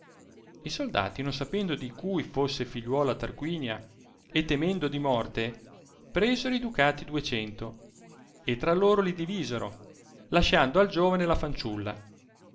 i soldati non sapendo di cui fosse figliuola tarquinia e temendo di morte presero i ducati ducento e tra loro li divisero lasciando al giovane la fanciulla